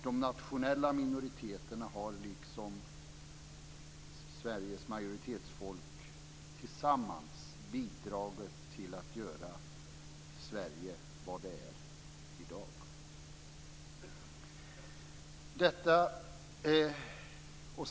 De nationella minoriteterna har liksom Sveriges majoritetsfolk tillsammans bidragit till att göra Sverige vad det är i dag.